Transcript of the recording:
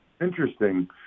interesting